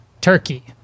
Turkey